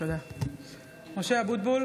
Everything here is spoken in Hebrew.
(קוראת בשמות חברי הכנסת) משה אבוטבול,